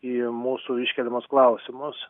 į mūsų iškeliamus klausimus